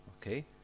Okay